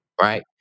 Right